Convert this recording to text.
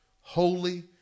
holy